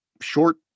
short